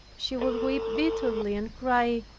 she would weep bitterly and cry,